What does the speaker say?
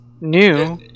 new